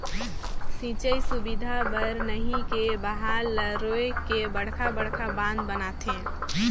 सिंचई सुबिधा बर नही के बहाल ल रोयक के बड़खा बड़खा बांध बनाथे